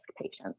patients